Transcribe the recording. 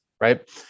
right